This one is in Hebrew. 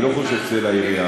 אני לא חושב שזה לעירייה.